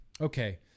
okay